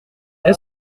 est